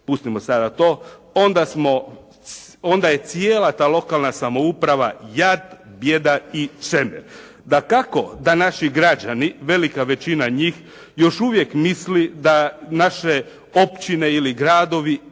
pustimo sada to, onda je cijela ta lokalna samouprava jad, bijeda i čemer. Dakako da naši građani, velika većina njih još uvijek misli da naše općine ili gradovi